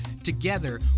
Together